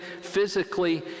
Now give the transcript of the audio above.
physically